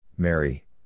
Mary